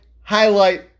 highlight